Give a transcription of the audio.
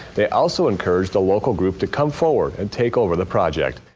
they also encouraged a local group to come forward and take over the project.